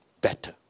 better